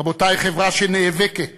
רבותי, חברה שנאבקת